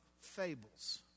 fables